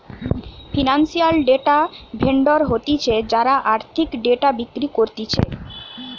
financial data vendor হতিছে যারা আর্থিক ডেটা বিক্রি করতিছে